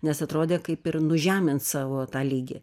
nes atrodė kaip ir nužemint savo tą lygį